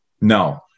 No